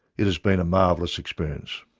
it has been a marvellous experience.